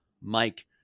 Mike